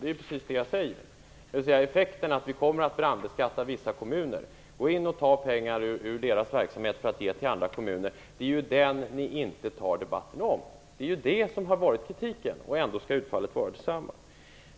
Det är ju precis det jag säger: Effekten är att vi kommer att brandbeskatta vissa kommuner, gå in och ta deras pengar för att ge till andra kommuner. Det är den effekten ni inte tar debatt om, och det är det som har varit kritiken. Och ändå skall utfallet vara detsamma.